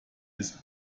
his